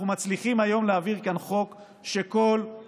אנחנו מצליחים היום להעביר כאן חוק שכל-כולו